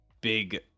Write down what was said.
big